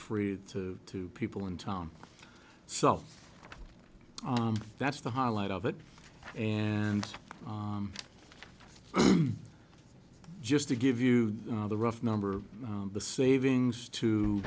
free to two people in town so that's the highlight of it and just to give you the rough number the savings to